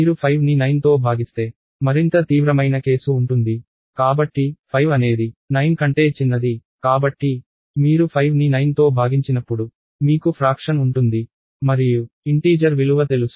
కాబట్టి మీరు 5ని 9తో భాగిస్తే మరింత తీవ్రమైన కేసు ఉంటుంది కాబట్టి 5 అనేది 9 కంటే చిన్నది కాబట్టి మీరు 5ని 9తో భాగించినప్పుడు మీకు ఫ్రాక్షన్ ఉంటుంది మరియు ఇంటీజర్ విలువ తెలుసు